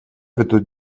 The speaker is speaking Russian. ведут